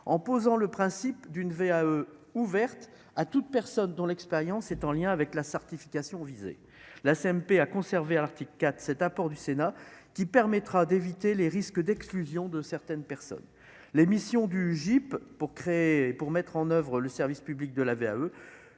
en posant le principe d'une VAE ouverte à toute personne dont l'expérience est en lien avec la certification visée, la CMP a conservé à l'Arctique quatre cet apport du Sénat qui permettra d'éviter les risques d'exclusion de certaines personnes, l'émission du GIP pour créer, pour mettre en oeuvre le service public de la VAE